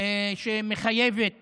שמחייבת